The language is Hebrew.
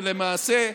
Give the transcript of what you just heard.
ולמעשה,